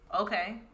Okay